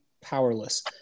powerless